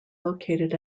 located